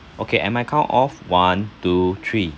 okay at I count of one two three